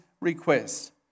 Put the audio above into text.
request